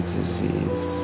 disease